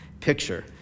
picture